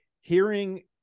hearing